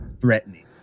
threatening